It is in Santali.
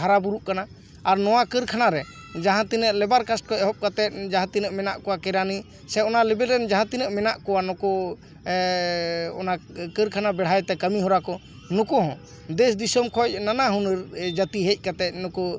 ᱦᱟᱨᱟ ᱵᱩᱨᱩᱜ ᱠᱟᱱᱟ ᱟᱨ ᱱᱚᱣᱟ ᱠᱟᱹᱨᱠᱷᱟᱱᱟ ᱨᱮ ᱡᱟᱦᱟᱸ ᱛᱤᱱᱟᱹᱜ ᱞᱮᱵᱟᱨ ᱠᱟᱥᱴ ᱠᱷᱚᱱ ᱮᱦᱚᱵ ᱠᱟᱛᱮᱫ ᱡᱟᱦᱟᱸ ᱛᱤᱱᱟᱹᱜ ᱢᱮᱱᱟᱜ ᱠᱚᱣᱟ ᱠᱮᱨᱟᱱᱤ ᱥᱮ ᱚᱱᱟ ᱞᱮᱵᱮᱞ ᱨᱮᱱ ᱡᱟᱦᱟᱸ ᱛᱤᱱᱟᱹᱜ ᱢᱮᱱᱟᱜ ᱠᱚᱣᱟ ᱱᱩᱠᱩ ᱚᱱᱟ ᱠᱟᱹᱨᱠᱷᱟᱱᱟ ᱵᱮᱲᱦᱟᱭ ᱛᱮ ᱠᱟᱹᱢᱤ ᱦᱚᱨᱟ ᱠᱚ ᱱᱩᱠᱩ ᱦᱚᱸ ᱫᱮᱥ ᱫᱤᱥᱚᱢ ᱠᱷᱚᱱ ᱱᱟᱱᱟ ᱦᱩᱱᱟᱹᱨ ᱡᱟᱛᱤ ᱦᱮᱡ ᱠᱟᱛᱮᱫ ᱱᱩᱠᱩ